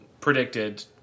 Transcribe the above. predicted